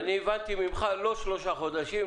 הבנתי ממך: לא שלושה חודשים.